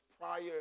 prior